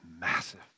massive